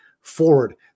forward